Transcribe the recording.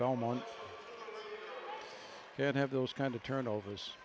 belmont and have those kind of turnover